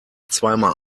zweimal